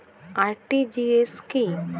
RTGS কি?